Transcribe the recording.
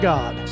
God